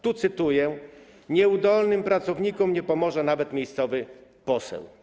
Tu cytuję: nieudolnym pracownikom nie pomoże nawet miejscowy poseł.